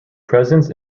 presence